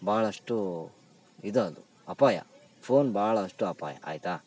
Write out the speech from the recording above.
ಭಾಳಷ್ಟು ಇದು ಅದು ಅಪಾಯ ಫೋನ್ ಭಾಳಷ್ಟು ಅಪಾಯ ಆಯಿತಾ